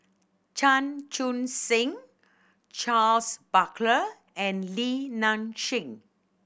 Chan Chun Sing Charles Paglar and Li Nanxing